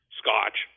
scotch